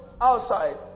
outside